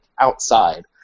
outside